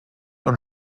und